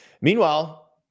Meanwhile